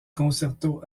concerto